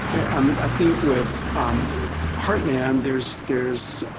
um i think with heartland, there's there's